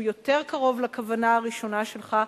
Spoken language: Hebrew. שהוא יותר קרוב לכוונה הראשונה שלך,